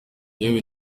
yewe